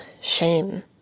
shame